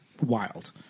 wild